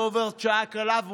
לא עוברת שעה קלה,